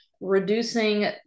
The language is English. reducing